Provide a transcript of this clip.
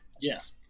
Yes